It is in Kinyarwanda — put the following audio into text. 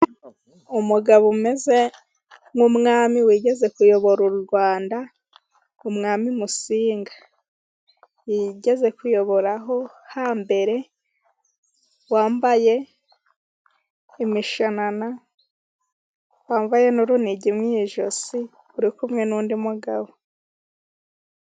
Umugabo umeze nk'umwami wigeze kuyobora u Rwanda, umwami Musinga yigeze kuyoboraho hambere, wambaye imishanana, wambaye n'urunigi mu ijosi, ari kumwe n'undi mugabo.